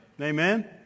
Amen